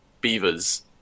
beavers